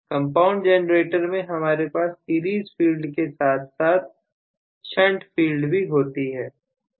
compound generator में हमारे पास सीरीज फील्ड के साथ साथ शंट फील्ड भी होती है